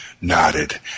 nodded